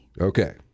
Okay